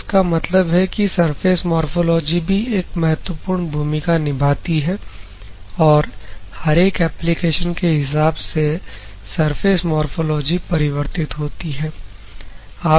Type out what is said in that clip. तो इसका मतलब है कि सरफेस मोरफ़ोलॉजी भी एक महत्वपूर्ण भूमिका निभाती है और हर एक एप्लीकेशन के हिसाब से सरफेस मोरफ़ोलॉजी परिवर्तित होती है